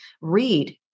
read